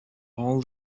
all